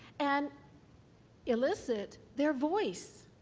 and elicit their voice.